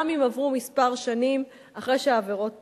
גם אם עברו כמה שנים אחרי שהעבירות נעשו.